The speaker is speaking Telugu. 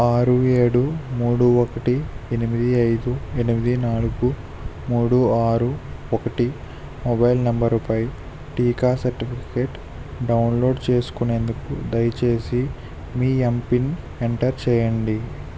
ఆరు ఏడు మూడు ఒకటి ఎనిమిది ఐదు ఎనిమిది నాలుగు మూడు ఆరు ఒకటి మొబైల్ నెంబరుపై టీకా సర్టిఫికేట్ డౌన్లోడ్ చేసుకునేందుకు దయచేసి మీ ఎంపిన్ ఎంటర్ చేయండి